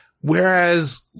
Whereas